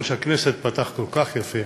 הכנסת פתח כל כך יפה,